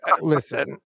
listen